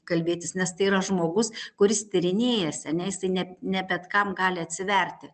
kalbėtis nes tai yra žmogus kuris tyrinėja senesnį ne ne bet kam gali atsiverti